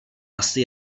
asi